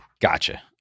Gotcha